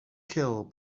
kill